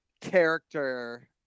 character